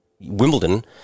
Wimbledon